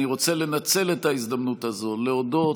אני רוצה לנצל את ההזדמנות הזאת להודות